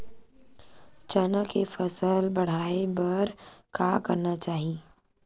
चना के फसल बढ़ाय बर का करना चाही?